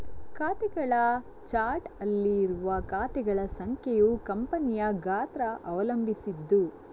ಖಾತೆಗಳ ಚಾರ್ಟ್ ಅಲ್ಲಿ ಇರುವ ಖಾತೆಗಳ ಸಂಖ್ಯೆಯು ಕಂಪನಿಯ ಗಾತ್ರ ಅವಲಂಬಿಸಿದ್ದು